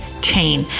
chain